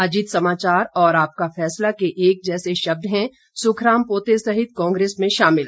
अजीत समाचार और आपका फैसला के एक जैसे शब्द हैं सुखराम पोते सहित कांग्रेस में शामिल